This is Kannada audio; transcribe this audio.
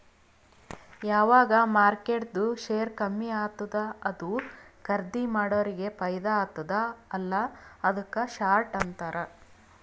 ಯಾವಗ್ ಮಾರ್ಕೆಟ್ದು ಶೇರ್ ಕಮ್ಮಿ ಆತ್ತುದ ಅದು ಖರ್ದೀ ಮಾಡೋರಿಗೆ ಫೈದಾ ಆತ್ತುದ ಅಲ್ಲಾ ಅದುಕ್ಕ ಶಾರ್ಟ್ ಅಂತಾರ್